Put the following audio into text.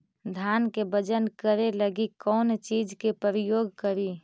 धान के बजन करे लगी कौन चिज के प्रयोग करि?